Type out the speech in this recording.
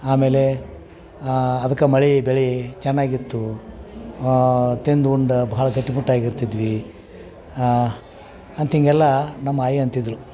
ಆಮೇಲೆ ಅದಕ್ಕೆ ಮಳೆ ಬೆಳೆ ಚೆನ್ನಾಗಿತ್ತು ತಿಂದು ಉಂಡು ಭಾಳ ಗಟ್ಟಿಮುಟ್ಟಾಗಿ ಇರ್ತಿದ್ವಿ ಅಂತ ಹೀಗೆಲ್ಲ ನಮ್ಮ ಆಯಿ ಅಂತಿದ್ಳು